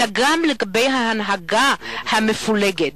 אלא גם לגבי ההנהגה המפולגת.